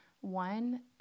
one